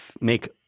make